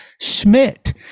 Schmidt